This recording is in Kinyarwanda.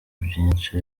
byinshi